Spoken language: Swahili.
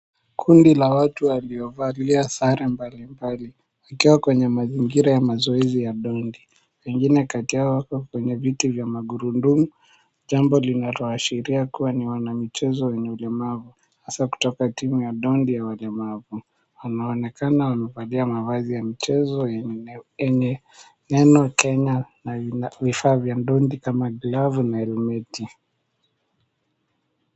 Kundi la watu walio valia sare mbalimbali, wakiwa kwenye mazingira ya mazoezi ya dondi. Wengine kati yao wako kwenye viti vya magurudumu. Jambo linaloashiria kuwa ni wanamichezo wenye ulemavu, hasa kutoka timu ya dondi ya walemavu. Wanaonekana wamevalia mavazi ya mchezo yenye neno Kenya na vifaa vya dondi kama glavu na helmeti.